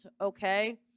Okay